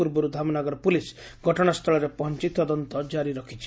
ପୂର୍ବରୁ ଧାମନଗର ପୁଲିସ୍ ଘଟଣାସ୍କୁଳରେ ପହଞ୍ ତଦନ୍ତ ଜାରି ରଖିଛି